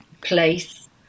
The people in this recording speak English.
place